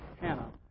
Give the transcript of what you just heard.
Hannah